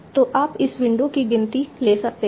तो आप उस विंडो की गिनती ले सकते हैं